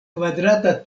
kvadrata